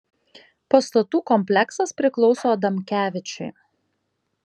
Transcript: pastatų kompleksas priklauso adamkevičiui